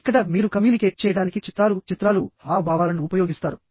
ఇక్కడ మీరు కమ్యూనికేట్ చేయడానికి చిత్రాలు చిత్రాలు హావభావాలను ఉపయోగిస్తారు